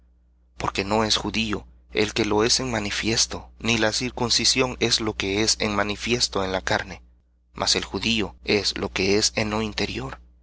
porque no es judío el que lo es en manifiesto ni la circuncisión es la que es en manifiesto en la carne mas es judío el que lo es en lo interior